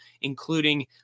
including